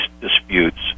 disputes